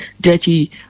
dirty